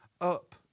up